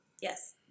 Yes